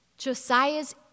Josiah's